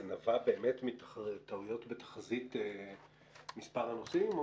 זה נבע באמת מטעויות בתחזית מספר הנוסעים?